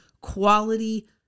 quality